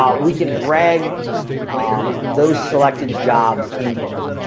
um we can drag um those selected jobs in here.